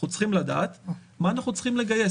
אנחנו צריכים לדעת מה אנחנו צריכים לגייס.